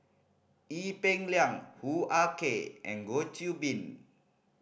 Ee Peng Liang Hoo Ah Kay and Goh Qiu Bin